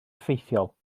effeithiol